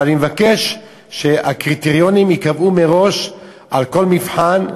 אבל אני מבקש שהקריטריונים ייקבעו מראש לכל מבחן,